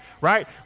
right